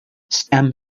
stem